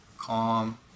calm